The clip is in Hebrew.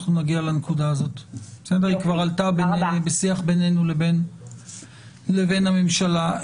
זה כבר עלה בשיח בינינו לבין הממשלה.